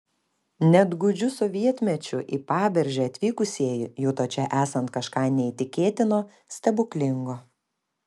net gūdžiu sovietmečiu į paberžę atvykusieji juto čia esant kažką neįtikėtino stebuklingo